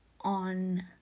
on